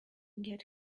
get